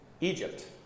Egypt